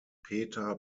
peter